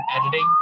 editing